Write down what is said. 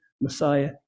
Messiah